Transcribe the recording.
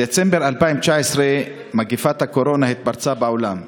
בדצמבר 2019 מגפת הקורונה התפרצה בעולם,